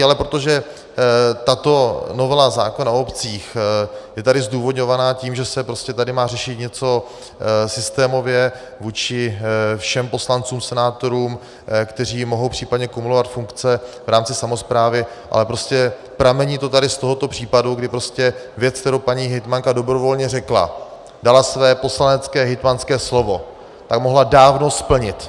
Ale protože tato novela zákona o obcích je tady zdůvodňovaná tím, že se tady má řešit něco systémově vůči všem poslancům, senátorům, kteří mohou případně kumulovat funkce v rámci samosprávy, ale prostě pramení to tady z tohoto případu, kdy prostě věc, kterou paní hejtmanka dobrovolně řekla, dala své poslanecké, hejtmanské slovo, tak mohla dávno splnit.